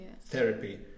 therapy